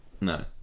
No